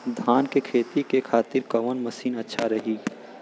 धान के खेती के खातिर कवन मशीन अच्छा रही?